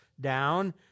down